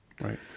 Right